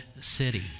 city